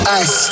ice